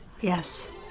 Yes